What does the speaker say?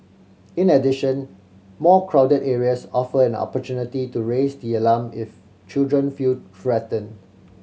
in addition more crowded areas offer an opportunity to raise the alarm if children feel threatened